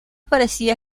parecía